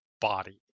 body